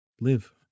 live